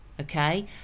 Okay